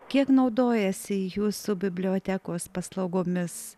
kiek naudojasi jūsų bibliotekos paslaugomis